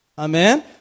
Amen